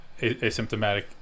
asymptomatic –